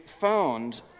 found